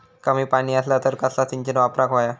कमी पाणी असला तर कसला सिंचन वापराक होया?